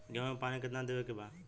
गेहूँ मे पानी कितनादेवे के बा?